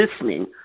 listening